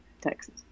Texas